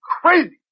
crazy